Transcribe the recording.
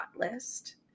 list